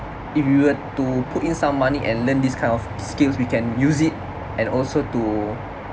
if we were to put in some money and learn this kind of skills we can use it and also to